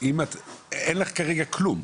אין לך כרגע כלום,